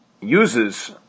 uses